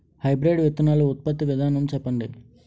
Hybrid విత్తనాలు ఉత్పత్తి విధానం చెప్పండి?